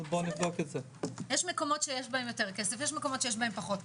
יש מקומות שיש בהם יותר סף, יש מקומות עם פחות.